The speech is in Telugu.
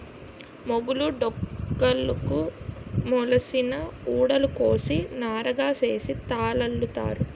మొగులు డొంకలుకు మొలిసిన ఊడలు కోసి నారగా సేసి తాళల్లుతారు